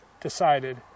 decided